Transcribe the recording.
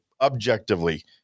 Objectively